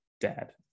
Dad